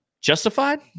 justified